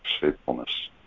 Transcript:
faithfulness